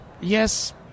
yes